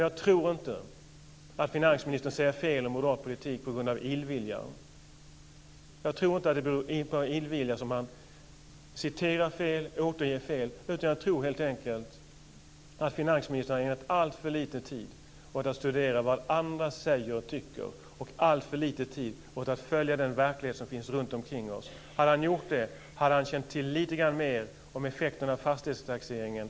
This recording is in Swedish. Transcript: Jag tror inte att finansministern säger fel om moderat politik på grund av illvilja. Jag tror inte att det är av illvilja som finansministern citerar fel, utan jag tror att finansministern helt enkelt har ägnat alltför lite tid åt att studera vad andra säger och tycker och alltför lite tid åt att följa den verklighet som finns omkring oss. Om finansministern hade gjort det hade han känt till lite mer om effekten av fastighetstaxeringen.